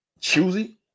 Choosy